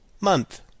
Month